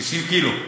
90 קילו.